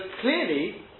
clearly